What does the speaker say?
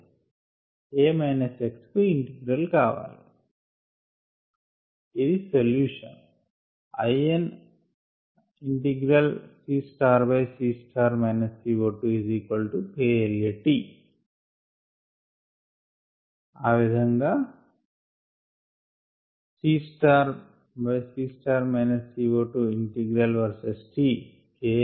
From a table of integrals we need the integral for the form dxa x ఇది solution ln CC CO2 kLat Thus in a plot of ln CC CO2 vs t kLa is the అనేది slope